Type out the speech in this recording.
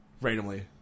randomly